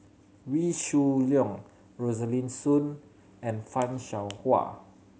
Wee Shoo Leong Rosaline Soon and Fan Shao Hua